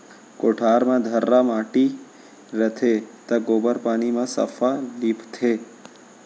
कोठार म धुर्रा माटी रथे त गोबर पानी म सफ्फा लीपथें